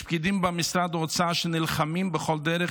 יש פקידים במשרד האוצר שנלחמים בכל דרך